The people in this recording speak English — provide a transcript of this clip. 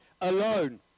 alone